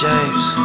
James